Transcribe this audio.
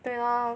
对 lor